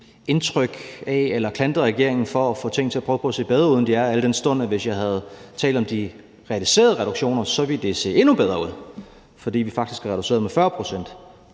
– kan klandre regeringen for at prøve at få ting til at se bedre ud, end de er, al den stund at hvis jeg havde talt om de realiserede reduktioner, ville det se endnu bedre ud, fordi vi faktisk har reduceret med 40 pct.